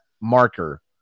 marker